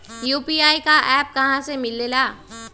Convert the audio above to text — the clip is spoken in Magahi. यू.पी.आई का एप्प कहा से मिलेला?